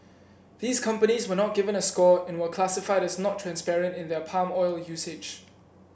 these companies were not given a score and were classified as not transparent in their palm oil usage